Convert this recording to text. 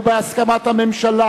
ובהסכמת הממשלה,